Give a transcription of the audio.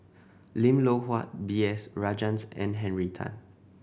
Lim Loh Huat B S Rajhans and Henry Tan